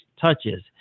touches